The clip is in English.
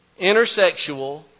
intersexual